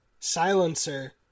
silencer